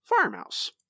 farmhouse